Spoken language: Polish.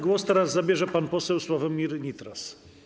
Głos teraz zabierze pan poseł Sławomir Nitras.